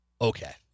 Okay